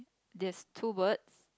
there's two words